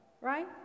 right